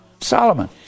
Solomon